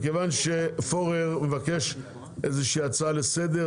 מכיוון שפורר מבקש הצעה לסדר,